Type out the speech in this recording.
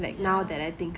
ya